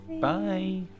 Bye